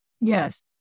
Yes